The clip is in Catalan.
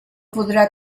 podrà